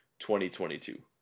2022